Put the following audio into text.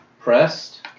pressed